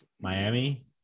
Miami